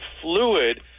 fluid